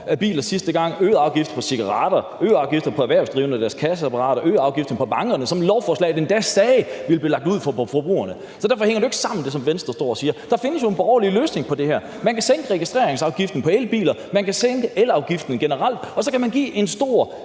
på biler, man øgede afgifterne på cigaretter, øgede afgifterne på erhvervsdrivendes kasseapparater, øgede afgifterne på bankerne, som lovforslaget endda sagde ville blive lagt ud for forbrugerne. Derfor hænger det, som Venstre står og siger, jo ikke sammen. Der findes en borgerlig løsning på det her, for man kan sænke registreringsafgiften på elbiler, man kan sænke elafgiften generelt, og så kan man give en stor